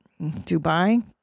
Dubai